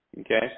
okay